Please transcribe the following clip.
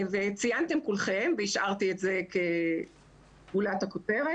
צייתם כולכם והשארתי את זה כגולת הכותרת,